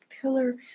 pillar